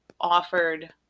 offered